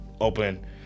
open